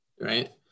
Right